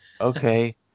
okay